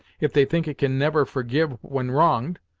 if they think it can ever forgive when wronged,